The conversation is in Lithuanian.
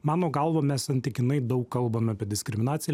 mano galva mes santykinai daug kalbam apie diskriminaciją